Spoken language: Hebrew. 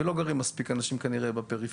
וכנראה שלא גרים מספיק אנשים בפריפריה.